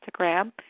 Instagram